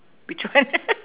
between